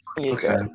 Okay